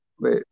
wait